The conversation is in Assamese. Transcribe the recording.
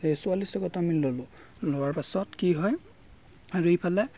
এই চৌৰাল্লিছ টকাটো আমি ল'লো লোৱাৰ পাছত কি হয় আৰু এইফালে